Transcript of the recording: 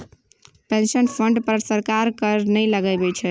pension fund पर सरकार कर नहि लगबै छै